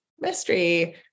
mystery